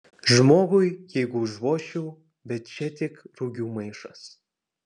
žmogui jeigu užvožčiau bet čia tik rugių maišas